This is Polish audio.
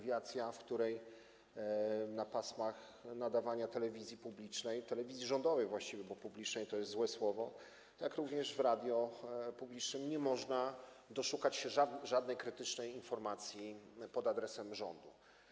W pasmach nadawania telewizji publicznej, telewizji rządowej właściwie, bo „publicznej” to jest złe słowo, jak również w radiu publicznym nie można doszukać się żadnej krytycznej informacji pod adresem rządu.